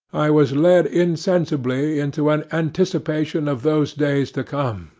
i was led insensibly into an anticipation of those days to come,